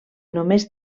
només